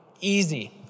Easy